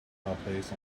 fireplace